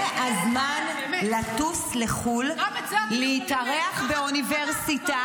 זה הזמן לטוס לחו"ל -- גם את זה אתם ----- להתארח באוניברסיטה